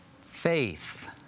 faith